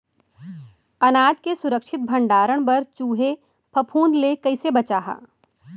अनाज के सुरक्षित भण्डारण बर चूहे, फफूंद ले कैसे बचाहा?